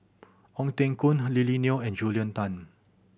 Ong Teng Koon Lily Neo and Julia Tan